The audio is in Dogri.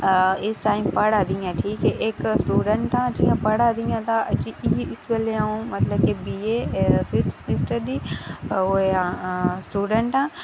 अ'ऊं इस टाईम पढ़ा दी ऐं ते स्टूडेंट आं ते पढ़ै दी आं ते इसलै अ'ऊं बीए फीफ्थ सेमेस्टर दी ओह् ऐं स्टूडेंट आं